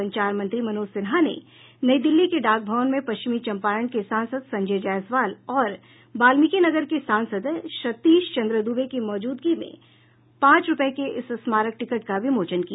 संचार मंत्री मनोज सिन्हा ने नई दिल्ली के डाक भवन में पश्चिमी चम्पारण के सांसद संजय जयसवाल और वाल्मीकिनगर के सांसद सतीश चंद्र दूबे की मौजूदगी में पाँच रुपये के इस स्मारक टिकट का विमोचन किया